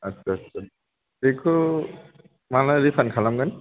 आत्सा आत्सा बेखौ माला रिपान्ड खालामगोन